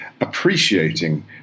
appreciating